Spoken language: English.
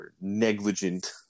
negligent